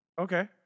Okay